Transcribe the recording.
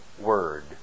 word